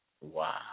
Wow